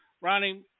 Ronnie